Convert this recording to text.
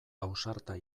ausarta